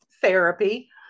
therapy